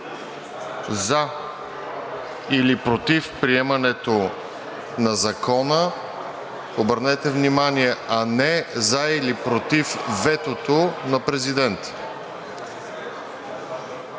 за или против приемането на Закона – обърнете внимание, а не за или против ветото на президента.